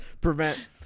prevent